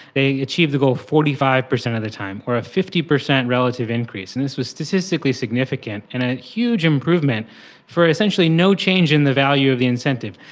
they achieve the goal forty five percent of the time, or a fifty percent relative increase, and this was statistically significant and a huge improvement for essentially no change in the value of the incentive.